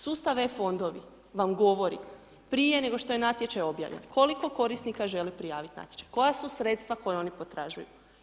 Sustav E-fondovi vam govori prije nego što je natječaj objavljen koliko korisnika želi prijaviti natječaj, koja su sredstva koja oni potražuju.